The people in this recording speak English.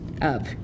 up